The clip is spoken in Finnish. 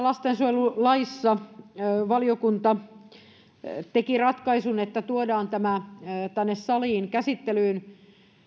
lastensuojelulaissa valiokunta teki ratkaisun että tuodaan tämä tänne saliin käsittelyyn